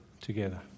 together